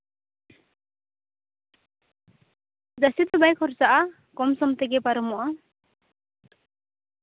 ᱡᱟ ᱥᱛᱤ ᱫᱚ ᱵᱟᱭ ᱠᱷᱚᱨᱪᱟᱜᱼᱟ ᱠᱚᱢ ᱥᱚᱢ ᱛᱮᱜᱮ ᱯᱟᱨᱚᱢᱚᱜᱼᱟ